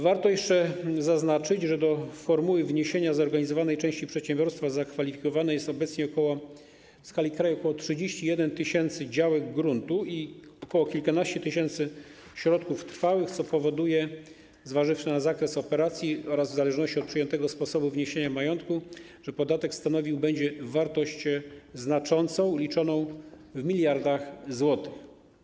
Warto jeszcze zaznaczyć, że do formuły wniesienia zorganizowanej części przedsiębiorstwa zakwalifikowanych jest obecnie w skali kraju ok. 31 tys. działek gruntu i kilkanaście tysięcy środków trwałych, co powoduje - zważywszy na zakres operacji oraz ze względu na przyjęty sposób wniesienia majątku - że podatek stanowił będzie wartość znaczącą liczoną w miliardach złotych.